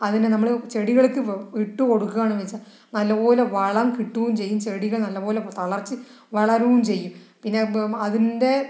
അതിനെ നമ്മൾ ചെടികൾക്ക് ഇട്ടു കൊടുക്കുകയാണെന്ന് വെച്ചാൽ നല്ലപോലെ വളം കിട്ടുകയും ചെയ്യും ചെടികൾ നല്ലപോലെ തഴച്ച് വളരുകയും ചെയ്യും പിന്നെ അതിന്റെ